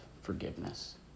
forgiveness